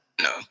no